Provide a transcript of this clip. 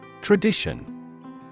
Tradition